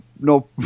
no